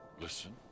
listen